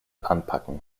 anpacken